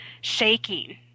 shaking